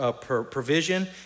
provision